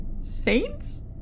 Saints